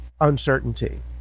uncertainty